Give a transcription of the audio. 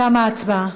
תמה ההצבעה.